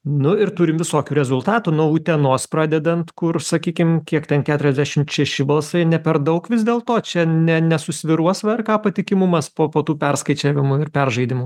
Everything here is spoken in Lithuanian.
nu ir turim visokių rezultatų nuo utenos pradedant kur sakykim kiek ten keturiasdešimt šeši balsai ne per daug vis dėlto čia ne nesusvyruos vrk patikimumas po po tų perskaičiavimų ir peržaidimų